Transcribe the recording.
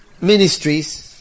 ministries